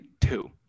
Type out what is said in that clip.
two